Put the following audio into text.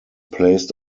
placed